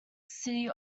city